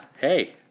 hey